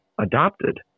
adopted